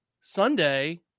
sunday